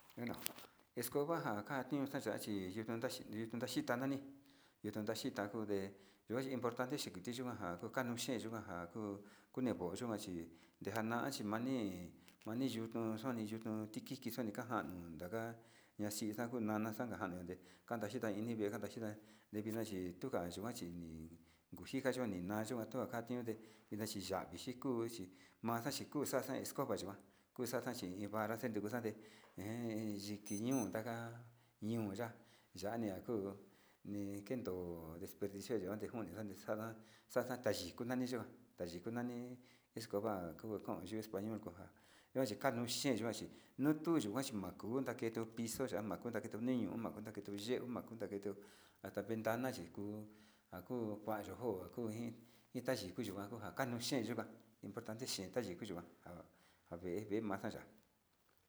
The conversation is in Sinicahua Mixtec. Bueno escoba njan njan chion xa'a chi yuu tanta chi ndajita nani yuu tantaxhia kunde yuo importante xhi uu tiyukuan njan kukano xhen yikuan njan, njuu kunevao yikuan chi ndejana chi mani mani yutu xiuni yutu tiki xuena njan uun ndaka naxhika kuu nana xana kande kunai xhita ini yikuan xhita devina chi tukuan xhina chi njuxhikan xhion nina xhina ndujan xhikan tuna kaxhiniute ndexhiyachi kuu texa chiku taxa kovayikuan nixaxa xhin vara xhikuan kuxate njen xhiki ñiu undaka ñio yaa yania kuu ni kendo desperdicio noxanixa ajan kanyituo kuxata yikuan tayuiko nani, escoba kuu kon español akoxhi kano nuu xhekuan yikuan chi kuxexi kano kunda ke tu pizo kunda ke tu viño kunda dikuan detuyeo undaketo katan ndana chi kuu akukuayo ko'o akuu iin ita yii kuiya konja anoxhenjan importante tuu oxhenja naj vée vee kunda maxiaxhia.